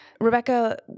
Rebecca